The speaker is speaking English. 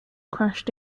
crashed